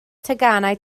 teganau